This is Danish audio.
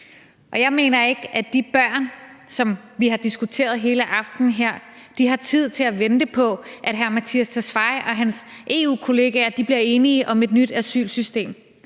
Og jeg mener ikke, at de børn, som vi har diskuteret hele aftenen her, har tid til at vente på, at udlændinge- og integrationsministeren og hans EU-kolleger bliver enige om et nyt asylsystem.